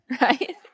right